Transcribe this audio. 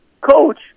coach